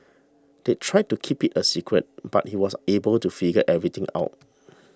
they tried to keep it a secret but he was able to figure everything out